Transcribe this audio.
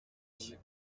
smic